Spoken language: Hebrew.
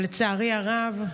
אבל לצערי הרב,